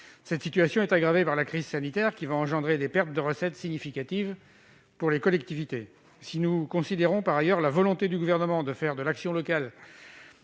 Cette situation est aggravée par la crise sanitaire, qui va engendrer des pertes de recettes significatives pour les collectivités. Considérant par ailleurs la volonté du Gouvernement de faire de l'action locale